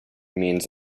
means